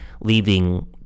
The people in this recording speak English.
leaving